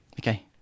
Okay